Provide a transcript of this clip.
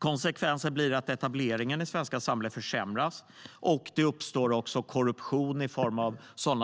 Konsekvensen blir att etableringen i det svenska samhället försämras, och korruption uppstår i form av